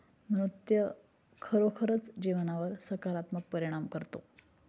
नृत्य खरोखरच जीवनावर सकारात्मक परिणाम करतो